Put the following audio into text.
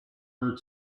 her